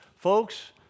Folks